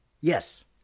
Yes